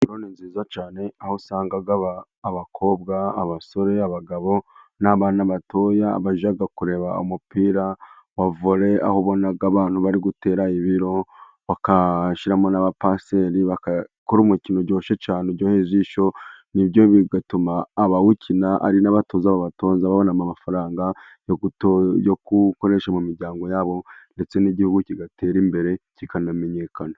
Vore ni nziza cyane aho usanga abakobwa, abasore, abagabo n'abana batoya bajyaga kureba umupira wa vore aho ubona abantu bari gutera ibiro bagashiramo n'abapaseri. Bakora umukino uryohoshye cyane uryohereza ijisho nibyo bigatuma abawukina ari n'abatoza babatoza babona amafaranga yogukoresha mu miryango yabo ndetse n'igihugu kigatera imbere kikanamenyekana.